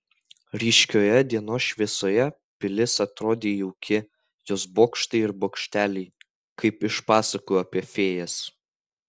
ryškioje dienos šviesoje pilis atrodė jauki jos bokštai ir bokšteliai kaip iš pasakų apie fėjas